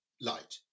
light